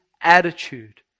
attitude